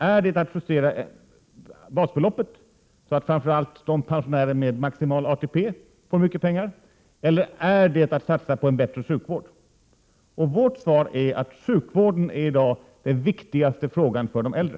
Är det att man justerar basbeloppet för att framför allt pensionärer med maximal ATP skall få mer pengar, eller är det att satsa på en bättre sjukvård? Vårt svar är att sjukvården i dag är den viktigaste frågan för de äldre.